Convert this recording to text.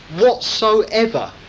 whatsoever